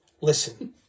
Listen